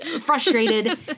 frustrated